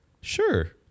Sure